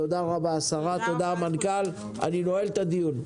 תודה רבה לשרה ולמנכ"ל, הישיבה נעולה.